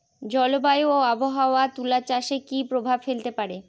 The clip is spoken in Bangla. জলবায়ু ও আবহাওয়া তুলা চাষে কি প্রভাব ফেলতে পারে?